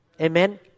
Amen